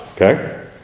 Okay